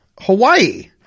Hawaii